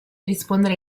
rispondere